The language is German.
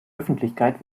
öffentlichkeit